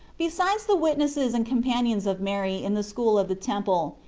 besides the witnesses and companions of mary in the school of the temple,